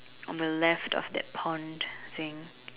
on the left of that pond thing